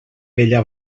vella